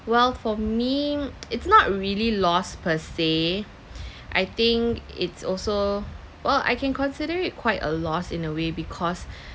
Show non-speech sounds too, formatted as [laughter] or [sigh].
well for me it's not really loss per se [breath] I think it's also well I can consider it quite a loss in a way because